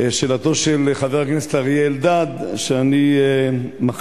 שאלתו של חבר הכנסת אריה אלדד, שאני מחליפו: